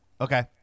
Okay